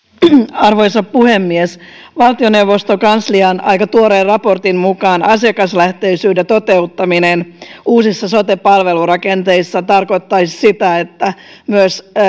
arvoisa puhemies valtioneuvoston kanslian aika tuoreen raportin mukaan asiakaslähtöisyyden toteuttaminen uusissa sote palvelurakenteissa tarkoittaisi sitä että myös